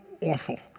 awful